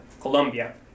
Colombia